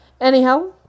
Anyhow